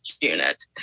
unit